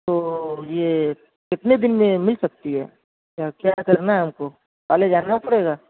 تو یہ کتنے دِن میں مِل سکتی ہے کیا کیا کرنا ہے ہم کو کالج جانا پڑے گا